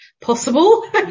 possible